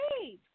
hey